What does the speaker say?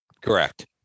Correct